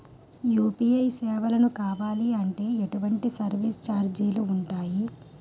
UPI సేవలను కావాలి అంటే ఎటువంటి సర్విస్ ఛార్జీలు ఉంటాయి?